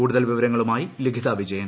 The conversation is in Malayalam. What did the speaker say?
കൂടുതൽ വിവരങ്ങളുമായി പ്ലിപ്പിത് വിജയൻ